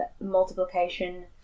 multiplication